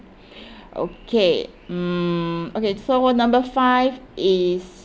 okay mm okay so what number five is